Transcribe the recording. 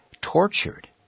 tortured